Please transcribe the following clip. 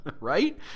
Right